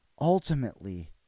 ultimately